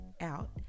out